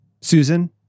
Susan